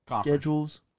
schedules